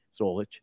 Solich